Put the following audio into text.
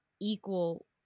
equal